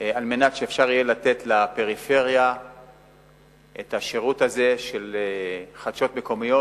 כדי שאפשר יהיה לתת לפריפריה את השירות הזה של חדשות מקומיות.